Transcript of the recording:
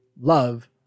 love